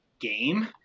game